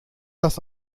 das